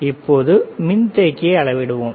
இப்போது மின்தேக்கியை அளவிடுவோம்